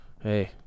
Hey